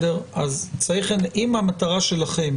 אם המטרה שלכם